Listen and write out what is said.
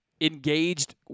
engaged